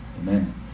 Amen